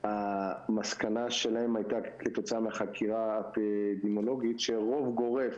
המסקנה שלהם הייתה כתוצאה מהחקירה האפידיומיולוגית שרוב גורף